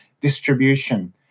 distribution